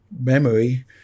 memory